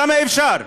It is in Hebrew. כמה אפשר?